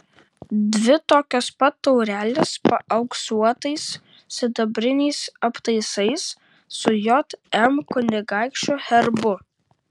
dvi tokios pat taurelės paauksuotais sidabriniais aptaisais su jm kunigaikščio herbu